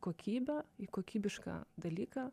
kokybę į kokybišką dalyką